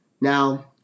Now